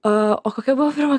o kokia buvo pirma